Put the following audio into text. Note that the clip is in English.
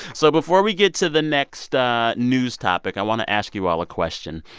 so before we get to the next ah news topic, i want to ask you all a question.